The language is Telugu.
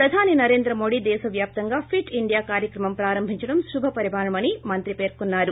ప్రధాని నరేంద్ర మోడి దేశ వ్యాప్తంగా ఫిట్ ఇండియా కార్యక్రమం ప్రారంభించడం శుభపరిణామమని మంత్రి పేర్కొన్నారు